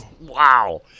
Wow